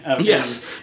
Yes